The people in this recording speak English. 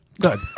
good